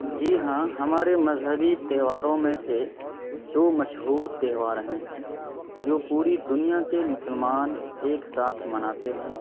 جی ہاں ہمارے مذہبی تیہواروں میں سے دو مشہور تہوار ہیں جو پوری دنیا کے مسلمان ایک ساتھ مناتے ہیں